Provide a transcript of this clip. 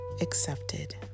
accepted